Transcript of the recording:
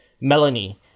Melanie